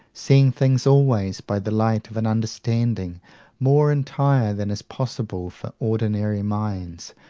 seeing things always by the light of an understanding more entire than is possible for ordinary minds,